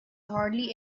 hardly